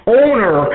owner